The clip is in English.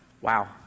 Wow